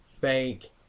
fake